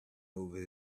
over